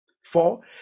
four